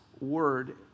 word